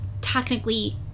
technically –